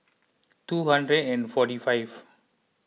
two hundred and forty five